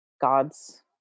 God's